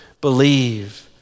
believe